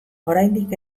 oraindik